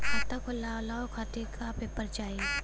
खाता खोलवाव खातिर का का पेपर चाही?